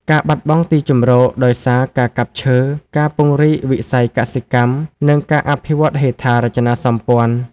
ការបាត់បង់ទីជម្រក ដោយសារការកាប់ឈើ ការពង្រីកវិស័យកសិកម្ម និងការអភិវឌ្ឍហេដ្ឋារចនាសម្ព័ន្ធ។